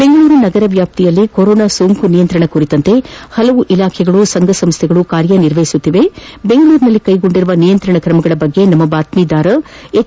ಬೆಂಗಳೂರು ನಗರ ವ್ಯಾಪ್ತಿಯಲ್ಲಿ ಕೊರೊನಾ ಸೋಂಕು ನಿಯಂತ್ರಣ ಕುರಿತಂತೆ ಪಲವಾರು ಇಲಾಖೆಗಳು ಸಂಘಸಂಸ್ಥೆಗಳು ಕಾರ್ಯನಿರ್ವಹಿಸುತ್ತಿವೆ ಬೆಂಗಳೂರಿನಲ್ಲಿ ಕೈಗೊಂಡಿರುವ ನಿಯಂತ್ರಣ ಕ್ರಮಗಳ ಕುರಿತು ನಮ್ಮ ಬಾತ್ತೀದಾರರಾದ ಎಚ್